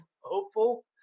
hopeful